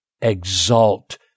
exalt